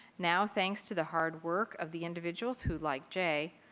now thanks to the hard work of the individuals who, like jay,